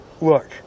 look